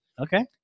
Okay